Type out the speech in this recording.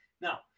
Now